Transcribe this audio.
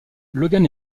logan